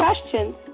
questions